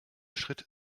schritt